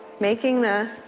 making the.